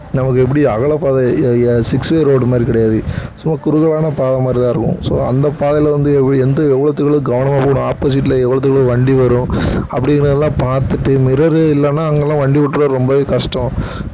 நமக்கு எப்படி அகலப்பாதை சிக்ஸ் வே ரோடு மாதிரி கிடையாது சும்மா குறுகலான பாதை மாதிரிதான் இருக்கும் ஸோ அந்த பாதையில வந்து எப்படி எந்த எவ்வளோ எவ்வளோத்துக்கெவ்ளோ கவனமாக போகணும் ஆப்போசீட்ல எவ்வளோத்துக்கு எவ்வளோ வண்டி வரும் அப்படிங்கறதுலாம் பார்த்துட்டு மிரர் இல்லைனா அங்கேலாம் வண்டிக்கு ஓட்டுறது ரொம்பவே கஷ்டம்